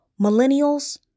Millennials